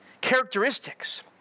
characteristics